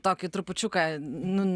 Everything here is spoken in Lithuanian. tokį trupučiuką nu